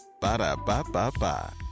Ba-da-ba-ba-ba